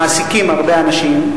שמעסיקים הרבה אנשים,